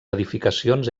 edificacions